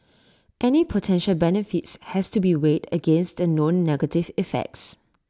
any potential benefits has to be weighed against the known negative effects